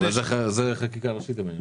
בסדר, אבל זה תיקון חקיקה ראשית.